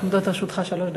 עומדות לרשותך שלוש דקות.